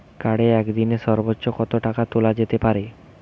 কার্ডে একদিনে সর্বোচ্চ কত টাকা তোলা যেতে পারে?